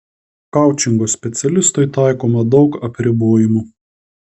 koučingo specialistui taikoma daug apribojimų